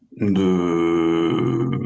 de